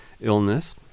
illness